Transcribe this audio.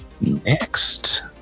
next